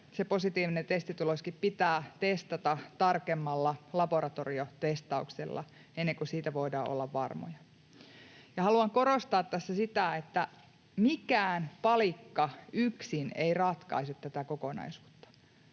positiivinen testituloskin pitää testata tarkemmalla laboratoriotestauksella ennen kuin siitä voidaan olla varmoja. Haluan korostaa tässä, että mikään palikka yksin ei ratkaise tätä kokonaisuutta,